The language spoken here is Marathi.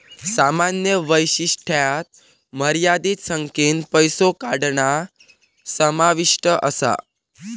सामान्य वैशिष्ट्यांत मर्यादित संख्येन पैसो काढणा समाविष्ट असा